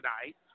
tonight